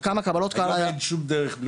אין שום דרך?